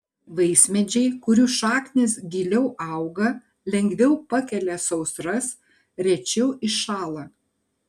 vaismedžiai kurių šaknys giliau auga lengviau pakelia sausras rečiau iššąla